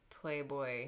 playboy